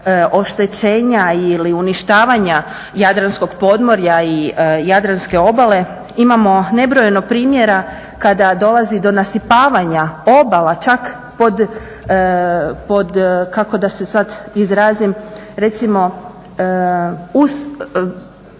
oštećenja ili uništavanja jadranskog podmorja i jadranske obale. Imamo nebrojeno primjera kada dolazi do nasipavanja obala, čak pod, kako da se sad izrazim, recimo uz